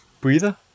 breather